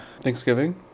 Thanksgiving